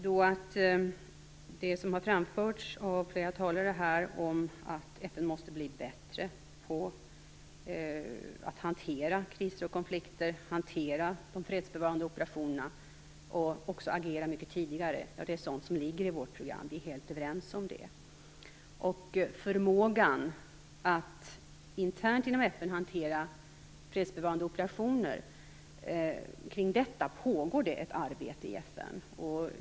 Det har här av flera talare anförts att FN måste bli bättre på att hantera kriser och konflikter liksom också de fredsbevarande operationerna och även att FN måste agera mycket tidigare. Det är sådant som ligger i vårt program. Vi är helt överens om det. Det pågår inom FN ett arbete avseende förmågan att internt inom FN hantera fredsbevarande operationer.